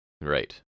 Right